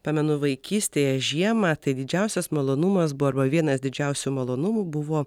pamenu vaikystėje žiemą tai didžiausias malonumas buvo arba vienas didžiausių malonumų buvo